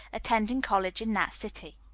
attending college in that city.